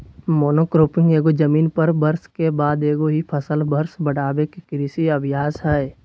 monocropping एगो जमीन पर वर्ष के बाद एगो ही फसल वर्ष बढ़ाबे के कृषि अभ्यास हइ